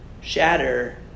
shatter